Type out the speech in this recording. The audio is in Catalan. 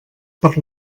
per